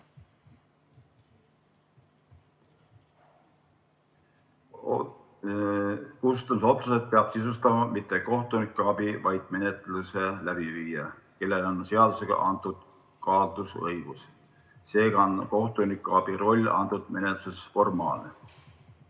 otsused peab sisustama mitte kohtunikuabi, vaid menetluse läbiviija, kellele on seadusega antud kaalutlusõigus. Seega on kohtunikuabi roll antud menetluses formaalne.